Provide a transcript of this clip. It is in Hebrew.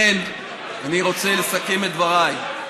אני רוצה לסכם את דבריי.